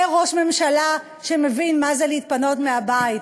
זה ראש ממשלה שמבין מה זה להתפנות מהבית.